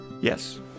Yes